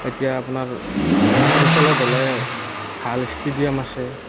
এতিয়া আপোনাৰ অঞ্চলত হ'লে ভাল ষ্টেডিয়াম আছে